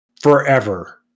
forever